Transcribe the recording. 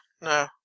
no